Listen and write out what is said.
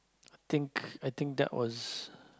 think I think that was